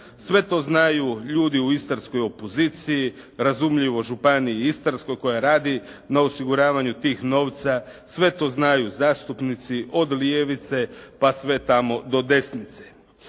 sve to znaju ljudi u istarskoj opoziciji, razumljivo Županiji istarskoj koja radi na osiguravanju tih novca. Sve to znaju zastupnici od ljevice pa sve tamo do desnice.